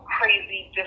crazy